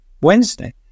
Wednesday